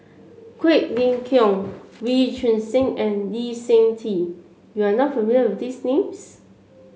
Quek Ling Kiong Wee Choon Seng and Lee Seng Tee you are not familiar with these names